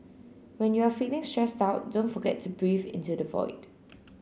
when you are feeling stressed out don't forget to breathe into the void